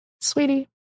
sweetie